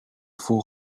faut